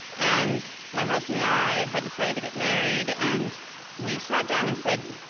and my husband and i had decided to get married, and we sat down and said,